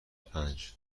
پنج